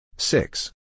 Six